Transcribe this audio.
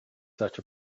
such